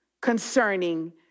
concerning